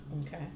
Okay